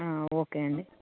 okay అండి